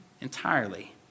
entirely